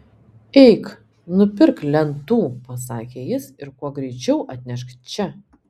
eik nupirk lentų pasakė jis ir kuo greičiau atnešk čia